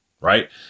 right